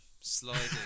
sliding